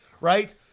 right